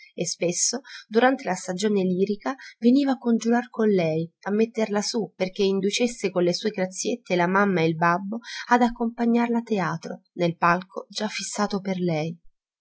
e spesso durante la stagione lirica veniva a congiurar con lei a metterla su perché inducesse con le sue graziette la mamma e il babbo ad accompagnarla a teatro nel palco già fissato per lei